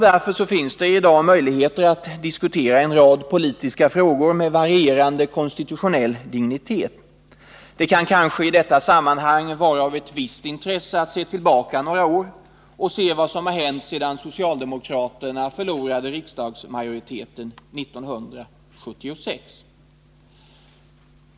Därför finns det i dag möjligheter att diskutera en rad politiska frågor av varierande konstitutionell dignitet. Det kan kanske i detta sammanhang vara av visst intresse att gå tillbaka några år och se vad som har hänt sedan socialdemokraterna förlorade riksdagsmajoriteten 1976.